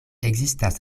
ekzistas